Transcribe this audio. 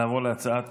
נעבור להצעת